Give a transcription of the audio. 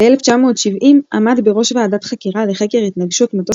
ב-1970 עמד בראש ועדת חקירה לחקר התנגשות מטוס